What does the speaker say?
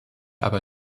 aber